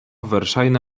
verŝajne